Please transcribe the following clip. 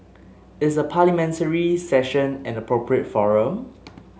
is a Parliamentary Session an appropriate forum